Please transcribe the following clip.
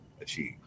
achieve